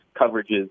coverages